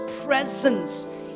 presence